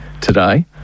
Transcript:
today